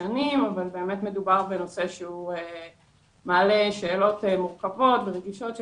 שנים אבל באמת מדובר בנושא שמעלה שאלות מורכבות ורגישות של